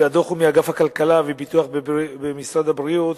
והדוח הוא מאגף הכלכלה והביטוח במשרד הבריאות,